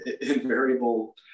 invariable